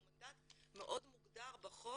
זה מנדט מאוד מוגדר בחוק